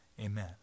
Amen